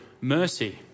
mercy